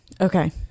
Okay